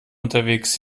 unterwegs